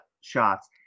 shots